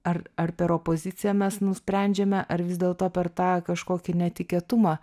ar ar per opoziciją mes nusprendžiame ar vis dėlto per tą kažkokį netikėtumą